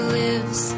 lives